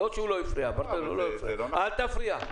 אבל זה לא נכון --- אל תפריע.